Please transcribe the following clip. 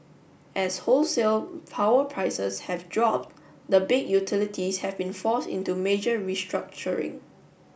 as wholesale power prices have dropped the big utilities have been forced into major restructuring